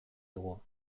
dugu